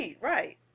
right